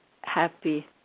happy